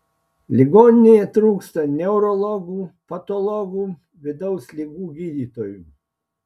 ligoninėje trūksta neurologų patologų vidaus ligų gydytojų